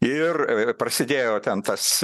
ir prasidėjo ten tas